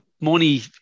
money